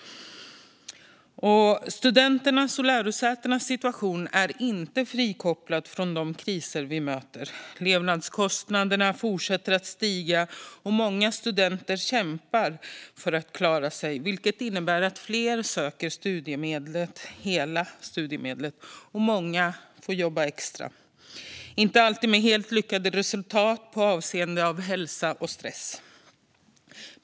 Studenternas och lärosätenas situation är inte frikopplad från de kriser vi möter. Levnadskostnaderna fortsätter att stiga, och många studenter kämpar för att klara sig. Det innebär att fler söker hela studiemedlet och att många får jobba extra, inte alltid med helt lyckade resultat avseende hälsa och stress.